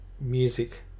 music